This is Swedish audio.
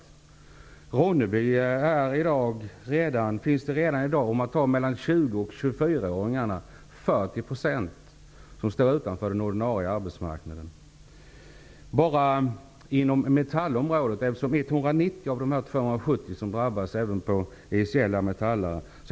I Ronneby står i dag 40 % av 20--24-åringarna utanför den ordinarie arbetsmarknaden. 190 av de 270 som drabbas på ICL är metallare.